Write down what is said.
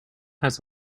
has